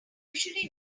usually